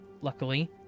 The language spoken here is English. luckily